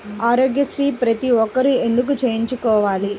ఆరోగ్యశ్రీ ప్రతి ఒక్కరూ ఎందుకు చేయించుకోవాలి?